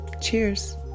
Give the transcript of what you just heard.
cheers